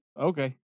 Okay